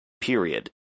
period